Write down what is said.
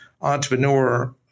entrepreneur